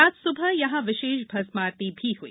आज सुबह यहां विशेष भस्म आरती भी हई